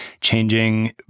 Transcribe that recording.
changing